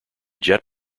jet